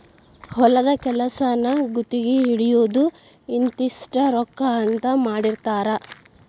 ಹೊಲದ ಕೆಲಸಾನ ಗುತಗಿ ಹಿಡಿಯುದು ಇಂತಿಷ್ಟ ರೊಕ್ಕಾ ಅಂತ ಮಾತಾಡಿರತಾರ